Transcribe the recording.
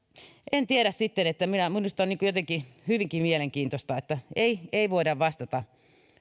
en tiedä sitten minusta on jotenkin hyvinkin mielenkiintoista että ei ei voida vastata